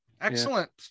excellent